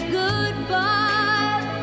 goodbye